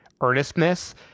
earnestness